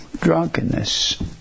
drunkenness